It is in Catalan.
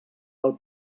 del